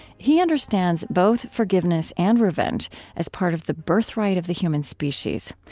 he understands both forgiveness and revenge as part of the birthright of the human species.